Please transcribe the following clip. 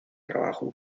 trabajó